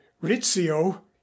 rizzio